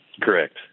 Correct